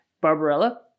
Barbarella